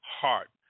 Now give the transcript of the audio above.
heart